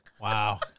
Wow